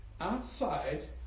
outside